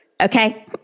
Okay